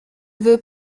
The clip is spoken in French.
veux